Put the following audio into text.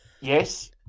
Yes